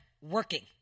working